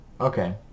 Okay